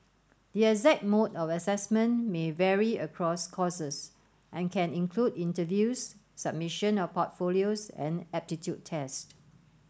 the exact mode of assessment may vary across courses and can include interviews submission of portfolios and aptitude tests